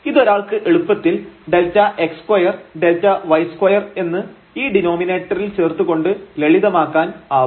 ഇത് ഒരാൾക്ക് എളുപ്പത്തിൽ Δx2 Δy2 എന്ന് ഈ ഡിനോമിനേറ്ററിൽ ചേർത്തുകൊണ്ട് ലളിതമാക്കാൻ ആവും